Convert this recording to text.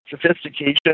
sophistication